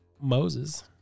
Moses